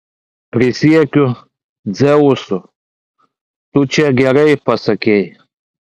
prisiekiu dzeusu tu čia gerai pasakei